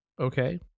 Okay